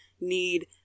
need